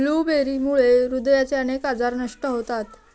ब्लूबेरीमुळे हृदयाचे अनेक आजार नष्ट होतात